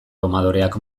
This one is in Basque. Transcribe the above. domadoreak